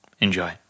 Enjoy